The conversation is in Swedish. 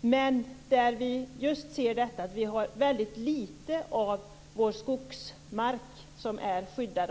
Där ser vi just att mycket litet av vår skogsmark är skyddad.